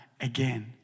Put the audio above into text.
again